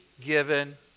given